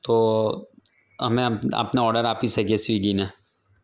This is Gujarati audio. તો અમે આપ આપને ઓર્ડર આપી શકીએ સ્વીગીને